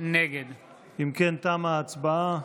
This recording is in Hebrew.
נגד אם כן, תמה ההצבעה.